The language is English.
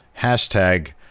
hashtag